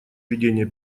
ведения